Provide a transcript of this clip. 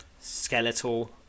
skeletal